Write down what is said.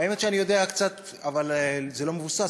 האמת היא שאני יודע קצת אבל זה לא מבוסס.